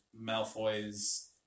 Malfoy's